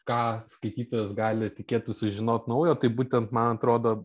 ką skaitytojas gali tikėtis sužinot naujo tai būtent man atrodo